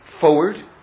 forward